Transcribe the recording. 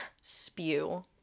spew